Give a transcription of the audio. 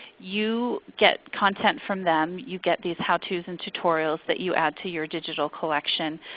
you get content from them. you get these how-tos and tutorials that you add to your digital collection,